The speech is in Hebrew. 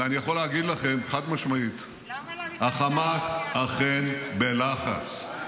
ואני יכול להגיד לכם, חד-משמעית, החמאס אכן בלחץ.